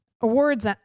awards